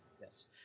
Yes